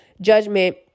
judgment